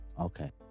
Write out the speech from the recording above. Okay